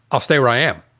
i'll stay where i am.